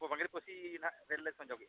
ᱵᱟᱹᱝᱨᱤᱯᱩᱥᱤ ᱱᱟᱦᱟᱜ ᱨᱮᱹᱞ ᱞᱮ ᱥᱚᱝᱡᱳᱜᱮᱜᱼᱟ